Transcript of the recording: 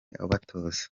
abatoza